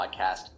podcast